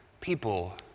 people